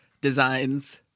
designs